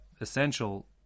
essential